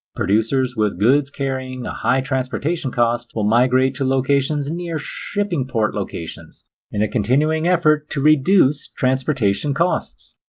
producers with goods carrying a high transportation cost will migrate to locations near shipping port locations in a continuing effort to reduce transportation costs.